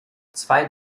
zwei